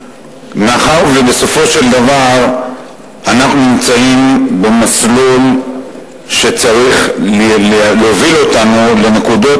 מאחר שבסופו של דבר אנחנו נמצאים במסלול שצריך להוביל אותנו לנקודות